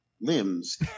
limbs